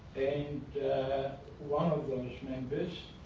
and one of those members,